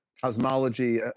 cosmology